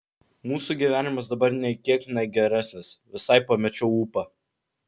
mūsų gyvenimas dabar nei kiek ne geresnis visai pamečiau ūpą